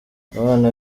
abana